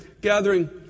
gathering